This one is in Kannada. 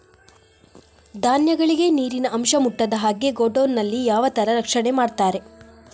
ಧಾನ್ಯಗಳಿಗೆ ನೀರಿನ ಅಂಶ ಮುಟ್ಟದ ಹಾಗೆ ಗೋಡೌನ್ ನಲ್ಲಿ ಯಾವ ತರ ರಕ್ಷಣೆ ಮಾಡ್ತಾರೆ?